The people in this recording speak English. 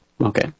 okay